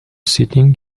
sitting